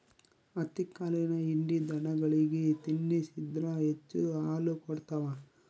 ಹತ್ತಿಕಾಳಿನ ಹಿಂಡಿ ದನಗಳಿಗೆ ತಿನ್ನಿಸಿದ್ರ ಹೆಚ್ಚು ಹಾಲು ಕೊಡ್ತಾವ